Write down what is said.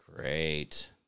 Great